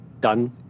done